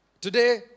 Today